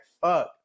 fuck